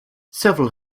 several